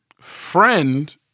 friend